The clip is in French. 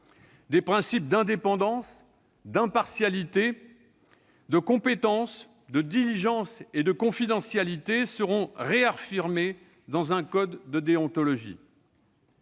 Des principes d'indépendance, d'impartialité, de compétence, de diligence et de confidentialité seront réaffirmés dans un code de déontologie.